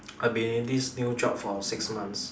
I've been in this new job for six months